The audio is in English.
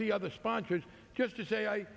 see other sponsors just to say i